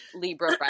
libra